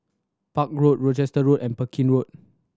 Park Road Rochester Road and Pekin Road